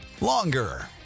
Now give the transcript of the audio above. longer